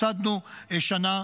הפסדנו שנה.